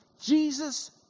Jesus